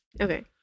Okay